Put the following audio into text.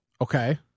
Okay